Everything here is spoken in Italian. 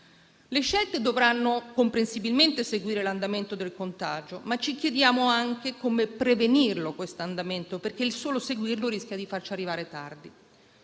Le scelte dovranno comprensibilmente seguire l'andamento del contagio, ma ci chiediamo anche come prevenire quest'andamento, perché limitarsi a seguirlo rischia di farci arrivare tardi.